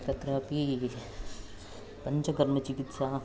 तत्रापि पञ्चकर्मचिकित्सा